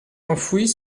enfouis